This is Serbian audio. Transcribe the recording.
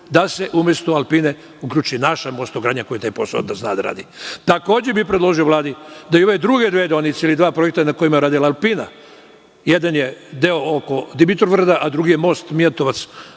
tenderu most Bešku, uključi naša „Mostogradnja“ koja taj posao zna da radi. Takođe bih predložio Vladi da i ove druge dve deonice ili dva projekta na kojima je radila „Alpina“, jedan je deo oko Dimitrovgrada, a drugi je most Mijatovac